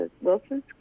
Wilson's